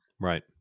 Right